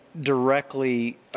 directly